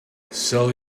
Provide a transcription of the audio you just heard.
sell